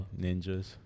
Ninjas